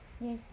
Yes